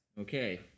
okay